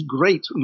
great